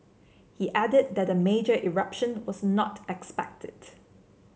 he added that a major eruption was not expected